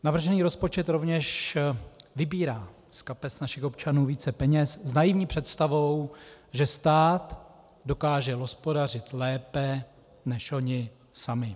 Navržený rozpočet rovněž vybírá z kapes našich občanů více peněz s naivní představou, že stát dokáže hospodařit lépe než oni sami.